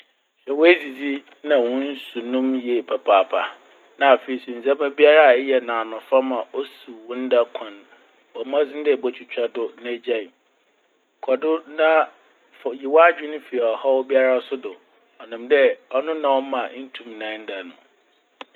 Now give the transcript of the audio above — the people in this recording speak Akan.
Hwɛ oedzidzi na wo nsunom yie papaapa. Na afei so ndzɛmba biara a eyɛ no anɔfa ma osiw wo nda kwan, bɔ mbɔdzen dɛ ebotwitwa do na egyae. Kɔ do na fa- yi w'adwen fi ɔhaw biara so do. Ɔnam dɛ ɔno na ɔmma nntum na ɛnnda no.